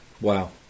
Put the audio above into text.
wow